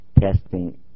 testing